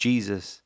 Jesus